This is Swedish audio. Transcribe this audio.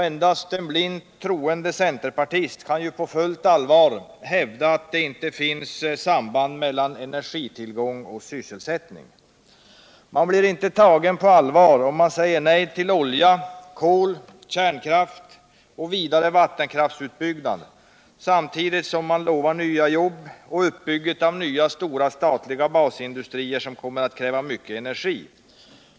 Endast en blint troende centerpartist kan på fullt allvar hävda att det inte finns något samband mellan energitillgång och sysselsättning. Man blir inte tagen på allvar om man säger nej till olja, kol, kärnkraft och vidare vattenkraftsutbyggnad samtidigt som man lovar nya jobb och uppbyggnad av nya stora statliga basindustrier, som kommer att kriva mycket energi.